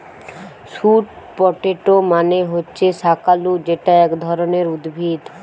sweet potato মানে হচ্ছে শাকালু যেটা এক ধরণের উদ্ভিদ